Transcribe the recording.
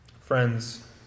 Friends